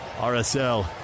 RSL